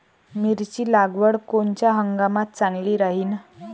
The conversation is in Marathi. मिरची लागवड कोनच्या हंगामात चांगली राहीन?